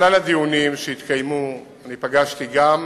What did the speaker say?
מכלל הדיונים שהתקיימו, אני פגשתי גם